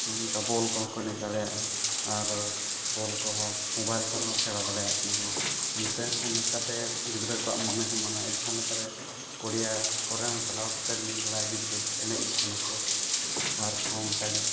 ᱚᱱᱠᱟ ᱵᱚᱞ ᱠᱚᱦᱚᱸ ᱠᱚ ᱮᱱᱮᱡ ᱫᱟᱲᱮᱭᱟᱜᱼᱟ ᱟᱨ ᱵᱚᱞ ᱠᱚᱦᱚᱸ ᱢᱳᱵᱟᱭᱤᱞ ᱠᱚᱨᱮ ᱦᱚᱸ ᱠᱷᱮᱞ ᱫᱟᱲᱮᱭᱟᱜ ᱠᱟᱱᱟ ᱠᱚ ᱚᱱᱛᱮ ᱚᱱᱠᱟᱛᱮ ᱜᱤᱫᱽᱨᱟᱹ ᱠᱚᱣᱟᱜ ᱢᱚᱱᱮ ᱦᱚᱸ ᱢᱟᱱᱮ ᱡᱟᱦᱟᱸ ᱞᱮᱠᱟᱨᱮ ᱯᱚᱲᱤᱭᱟ ᱠᱚᱨᱮ ᱦᱚᱸ ᱪᱟᱞᱟᱣ ᱠᱟᱛᱮᱫ ᱢᱤᱫ ᱵᱟᱨ ᱜᱤᱫᱽᱨᱟᱹ ᱮᱱᱮᱡ ᱟᱨ ᱦᱚᱸ ᱚᱱᱠᱟᱜᱮ